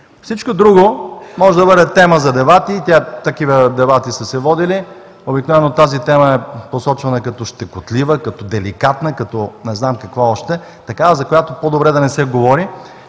Всичко друго може да бъде тема за дебати. Такива дебати са се водили. Обикновено тази тема е посочвана като щекотлива, като деликатна, като не знам какво още – такава, за която по-добре да не се говори.